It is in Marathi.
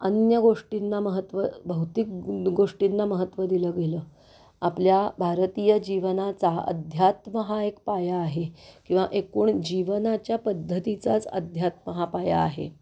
अन्य गोष्टींना महत्त्व भौतिक गोष्टींना महत्त्व दिलं गेलं आपल्या भारतीय जीवनाचा अध्यात्म हा एक पाया आहे किंवा एकूण जीवनाच्या पद्धतीचाच अध्यात्म हा पाया आहे